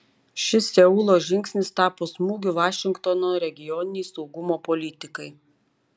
šis seulo žingsnis tapo smūgiu vašingtono regioninei saugumo politikai